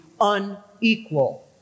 unequal